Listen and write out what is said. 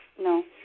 no